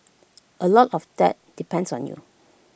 A lot of that depends on you